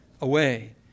away